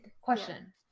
question